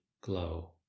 glow